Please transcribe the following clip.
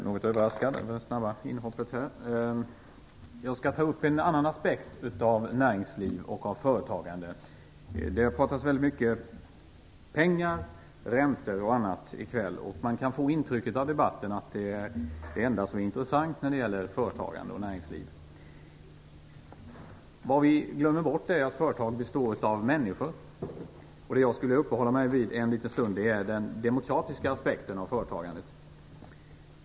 Fru talman! Jag skall ta upp en annan aspekt på näringsliv och företagande. Det har här i kväll pratats väldigt mycket om pengar, räntor och annat. Man kan av debatten få intrycket att det är det enda som intressant när det gäller företagande och näringsliv. Vad vi glömmer bort är att företag består av människor. Det jag skall uppehålla mig vid en liten stund är den demokratiska aspekten av företagandet.